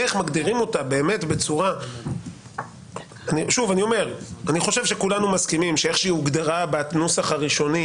אני חושב שכולנו מסכימים שאיך שהיא הוגדרה בנוסח הראשוני,